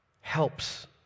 helps